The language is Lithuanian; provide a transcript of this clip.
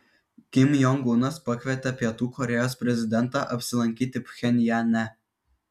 kim jong unas pakvietė pietų korėjos prezidentą apsilankyti pchenjane